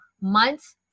months